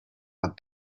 but